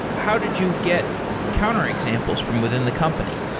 how did you get counter examples from within the company?